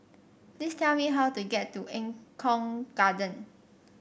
please tell me how to get to Eng Kong Garden